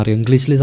English